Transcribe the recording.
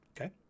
Okay